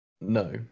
No